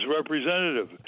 representative